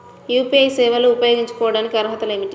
UPI సేవలు ఉపయోగించుకోటానికి అర్హతలు ఏమిటీ?